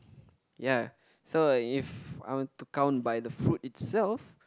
ya so if I want to count by the fruit itself